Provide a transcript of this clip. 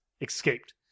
escaped